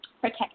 protect